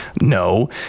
no